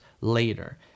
later